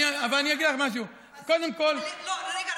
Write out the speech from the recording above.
רגע,